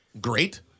great